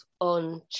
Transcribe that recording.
on